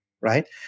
right